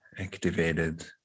activated